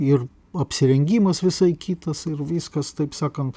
ir apsirengimas visai kitas ir viskas taip sakant